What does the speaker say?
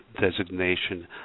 designation